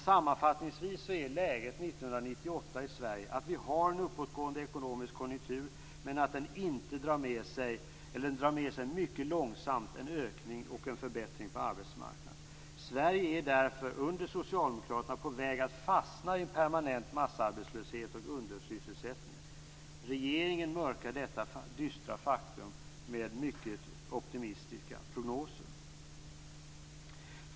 Sammanfattningsvis är läget 1998 i Sverige att vi har en uppåtgående ekonomisk konjunktur men att denna inte drar med sig, eller bara mycket långsamt drar med sig, en förbättring på arbetsmarknaden. Sverige är därför under socialdemokraterna på väg att fastna i permanent massarbetslöshet och undersysselsättning. Regeringen mörkar detta dystra faktum med mycket optimistiska prognoser.